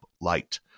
Light